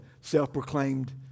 self-proclaimed